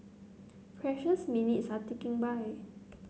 precious minutes are ticking by